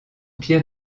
pierre